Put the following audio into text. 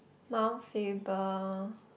Mount-Faber